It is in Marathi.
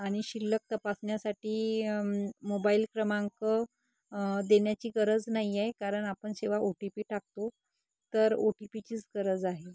आणि शिल्लक तपासण्यासाठी मोबाईल क्रमांक देण्याची गरज नाही आहे कारण आपण जेव्हा ओ टी पी टाकतो तर ओ टी पीचीच गरज आहे